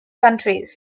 countries